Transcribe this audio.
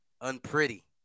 Unpretty